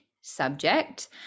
subject